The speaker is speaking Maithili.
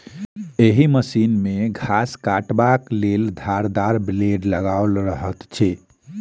एहि मशीन मे घास काटबाक लेल धारदार ब्लेड लगाओल रहैत छै